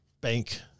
bank